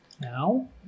now